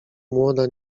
młoda